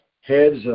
heads